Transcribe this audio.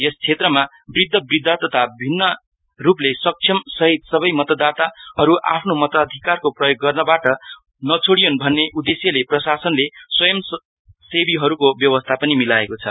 यस क्षेत्रमा वृद्धवृद्धा तथा भिन्न रूपले सक्षम सहित सबै मतदाताहरू आफ्नो मताधिकारको प्रयोग गर्नबाट नछोडीउन् भन्ने उद्देश्यले प्रशासनले स्वंयम सेवीहरूको व्यवस्था पनि मिलाएको छ